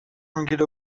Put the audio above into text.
میگیره